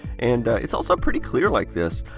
and it's also pretty clear like this.